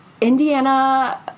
Indiana